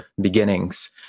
beginnings